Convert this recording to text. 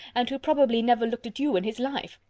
and who probably never looked at you in his life!